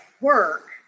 work